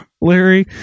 Larry